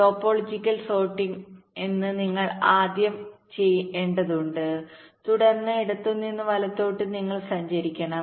topological sorting എന്ന് നിങ്ങൾ ആദ്യം ചെയ്യേണ്ടതുണ്ട് തുടർന്ന് ഇടത്തുനിന്ന് വലത്തോട്ട് നിങ്ങൾ സഞ്ചരിക്കണം